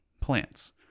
plants